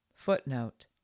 Footnote